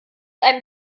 einem